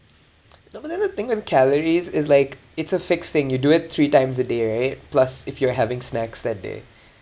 no but then the thing with calories is like it's a fixed thing you do it three times a day right plus if you're having snacks that day